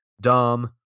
dumb